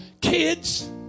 kids